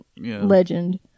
legend